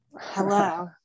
Hello